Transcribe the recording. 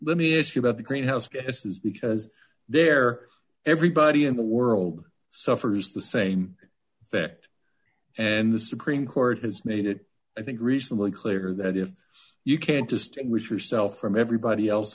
let me ask you about the greenhouse gases because there everybody in the world suffers the same that and the supreme court has made it i think reasonably clear that if you can't distinguish yourself from everybody else